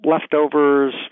leftovers